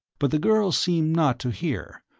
but the girl seemed not to hear,